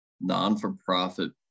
non-for-profit